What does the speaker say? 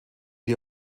die